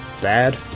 dad